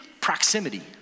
Proximity